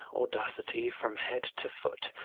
audacity, from head to foot!